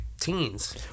teens